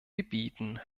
gebieten